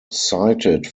cited